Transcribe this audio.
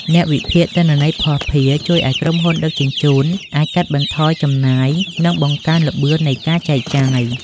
អ្នកវិភាគទិន្នន័យភស្តុភារកម្ម ជួយឱ្យក្រុមហ៊ុនដឹកជញ្ជូនអាចកាត់បន្ថយចំណាយ និងបង្កើនល្បឿននៃការចែកចាយ។